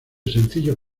sencillo